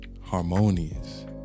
Harmonious